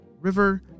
River